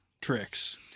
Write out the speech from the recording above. tricks